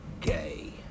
gay